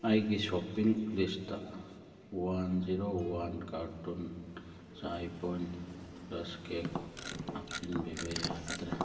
ꯑꯩꯒꯤ shopping list one zero one carton ꯆꯥꯏ ꯄꯣꯏꯟ ꯔꯁ ꯀꯦꯛ ꯍꯥꯞꯆꯤꯟꯕꯤꯕ ꯌꯥꯒꯗ꯭ꯔꯥ